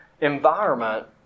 environment